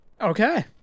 Okay